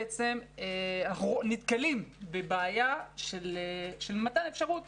אנחנו נתקלים בבעיה של מתן אפשרות